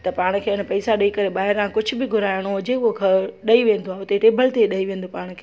त पाण खे अने पैसा ॾेई करे ॿाहिरां कुझु बि घुराइणो हुजे उहो ख ॾेई वेंदो आहे उते टेबल ते ॾेई वेंदो पाण खे